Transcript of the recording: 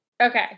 Okay